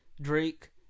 Drake